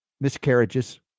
miscarriages